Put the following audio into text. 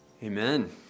Amen